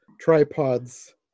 tripods